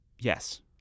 Yes